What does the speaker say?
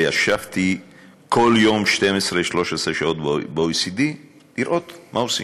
וישבתי כל יום 13-12 שעות ב-OECD לראות מה עושים.